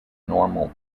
normal